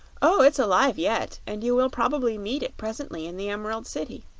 oh, it's alive yet, and you will probably meet it presently in the emerald city.